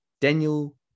Daniel